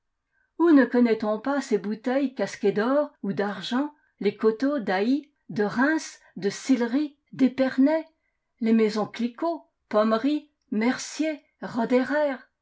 où ne connaît-on pas ses bouteilles casquées d'or ou d'argent les coteaux d'aï de reims desillcry d'epernay les maisons clicquot pommery mercier rœderer